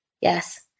Yes